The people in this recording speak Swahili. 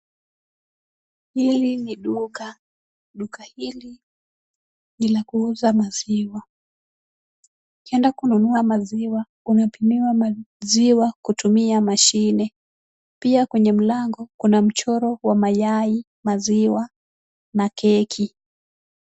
Hili ni duka. Duka hili ni la kuuza maziwa. Ukienda kununua maziwa unapimiwa maziwa kutumia mashine. Pia kwenye mlango kuna mchoro wa mayai, maziwa na keki.